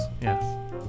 Yes